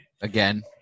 Again